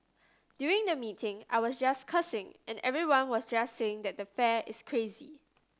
during the meeting I was just cursing and everyone was just saying that the fare is crazy